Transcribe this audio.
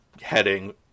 heading